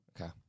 Okay